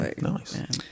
Nice